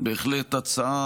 בהחלט הצעה